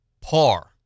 par